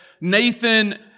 Nathan